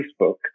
Facebook